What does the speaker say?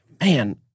man